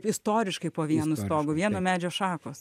istoriškai po vienu stogu vieno medžio šakos